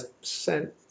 sent